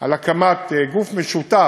על הקמת גוף משותף,